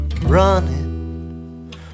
running